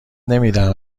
نمیدهم